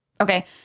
Okay